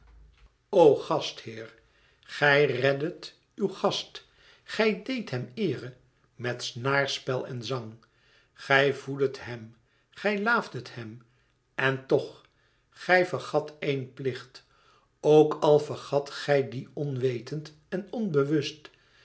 o gastheer gij reddet uw gast gij deedt hem eere met snaarspel en zang gij voeddet hem gij laafdet hem en tch gij vergat eén plicht ook al vergat gij dien onwetend en onbewust